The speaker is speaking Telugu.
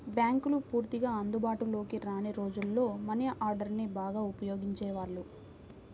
బ్యేంకులు పూర్తిగా అందుబాటులోకి రాని రోజుల్లో మనీ ఆర్డర్ని బాగా ఉపయోగించేవాళ్ళు